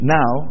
now